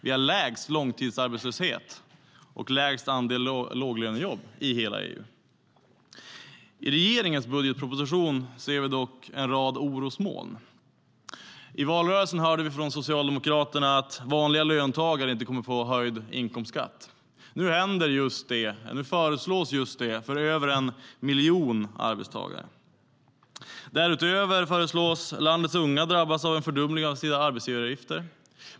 Vi har lägst långtidsarbetslöshet och lägst andel låglönejobb i hela EU.I regeringens budgetproposition ser vi dock en rad orosmoln. I valrörelsen hörde vi från Socialdemokraterna att vanliga löntagare inte kommer att få höjd inkomstskatt. Nu föreslås just det för över en miljon arbetstagare. Därutöver föreslås landets unga drabbas av en fördubbling av sina arbetsgivaravgifter.